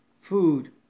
food